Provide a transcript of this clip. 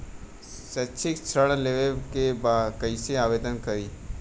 शैक्षिक ऋण लेवे के बा कईसे आवेदन करी?